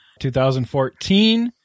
2014